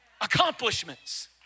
Accomplishments